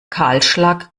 kahlschlag